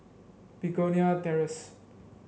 Begonia Terrace